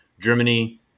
Germany